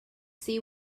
see